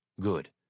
Good